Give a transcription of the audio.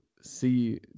see